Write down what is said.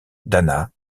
dana